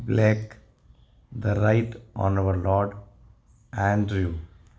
black the right on over lord andrew